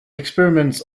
experiments